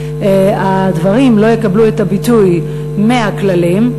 שהדברים לא יקבלו את הביטוי מהכללים,